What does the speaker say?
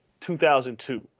2002